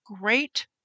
great